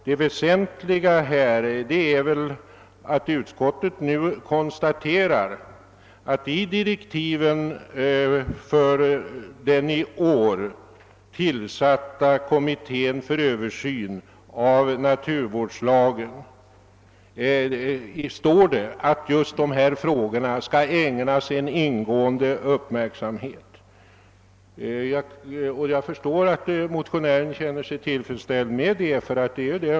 Det väsentliga är att utskottet nu konstaterar, att i direktiven för den i år tillsatta kommittén för översyn av naturvårdslagen står att dessa frågor skall ägnas en ingående uppmärksamhet, och jag förstår därför att motionären känner sig tillfredsställd.